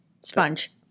Sponge